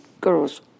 girls